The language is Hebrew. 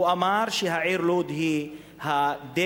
הוא אמר שהעיר לוד היא הדגם